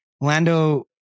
Lando